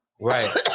Right